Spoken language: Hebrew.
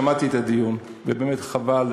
אדוני היושב-ראש, שמעתי את הדיון, ובאמת חבל,